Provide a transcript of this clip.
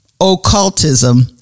occultism